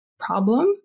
Problem